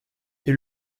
est